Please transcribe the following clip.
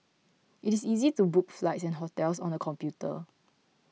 it is easy to book flights and hotels on the computer